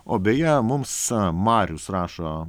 o beje mums marius rašo